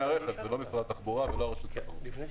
הרכב ולא משרד התחבורה ולא הרשות לתחרות.